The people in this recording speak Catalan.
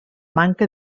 manca